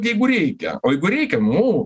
jeigu reikia o jeigu reikia nu